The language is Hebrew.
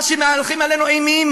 מה שמהלכים עלינו אימים